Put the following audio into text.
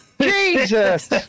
Jesus